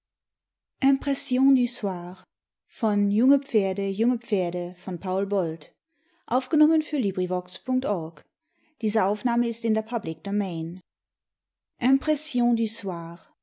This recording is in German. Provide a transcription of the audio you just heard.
junge in der